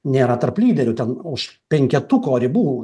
nėra tarp lyderių ten už penketuko ribų